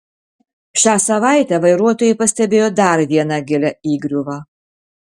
šią savaitę vairuotojai pastebėjo dar vieną gilią įgriuvą